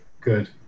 Good